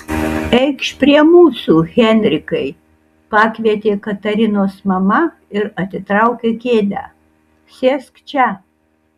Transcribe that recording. eikš prie mūsų henrikai pakvietė katarinos mama ir atitraukė kėdę sėsk čia